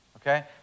okay